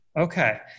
Okay